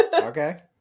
Okay